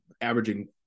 averaging